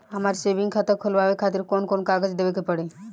हमार सेविंग खाता खोलवावे खातिर कौन कौन कागज देवे के पड़ी?